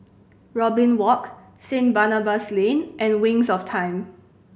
Robin Walk Saint Barnabas Lane and Wings of Time